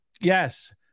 Yes